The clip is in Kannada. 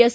ಎಸ್